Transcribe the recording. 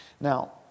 Now